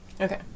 Okay